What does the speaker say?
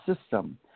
system